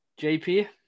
JP